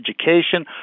education